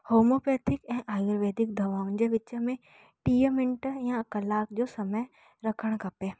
homeopathic ऐं आयुर्वेदिक दवाउनि जे विच में टीह मिंटनि जो या कलाक जो समय रखणु खपे